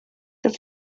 the